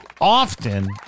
Often